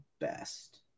best